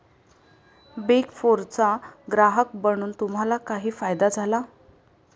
Big फोरचा ग्राहक बनून तुम्हाला काही फायदा झाला?